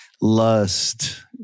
lust